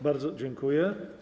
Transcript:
Bardzo dziękuję.